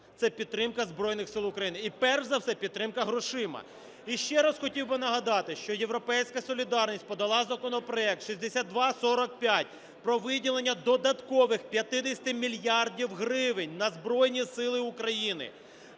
це підтримка Збройних Сил України, і перш за все це підтримка грошима. І ще раз хотів би нагадати, що "Європейська солідарність" подала законопроект 6245 про виділення додаткових 50 мільярдів гривень на Збройні Сили України